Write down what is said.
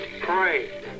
pray